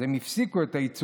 אז הם הפסיקו את העיצומים,